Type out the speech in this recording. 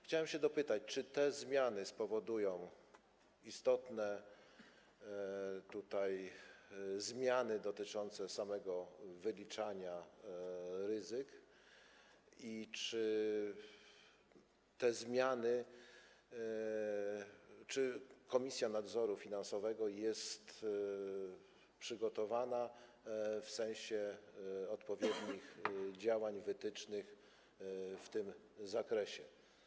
Chciałem się dopytać: Czy te zmiany spowodują tutaj istotne zmiany dotyczące samego wyliczania ryzyka i czy Komisja Nadzoru Finansowego jest przygotowana w sensie odpowiednich działań, wytycznych w tym zakresie?